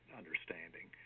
understanding